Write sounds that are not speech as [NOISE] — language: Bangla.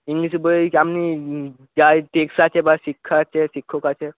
ইংলিশ বইয়ে [UNINTELLIGIBLE] যা টেক্সট আছে বা শিক্ষা আছে শিক্ষক আছে